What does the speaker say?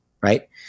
right